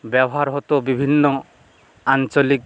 ব্যবহার হতো বিভিন্ন আঞ্চলিক